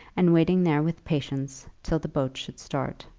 and waiting there with patience till the boat should start.